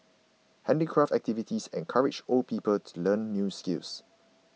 handicraft activities encourage old people to learn new skills